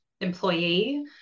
employee